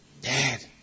Dad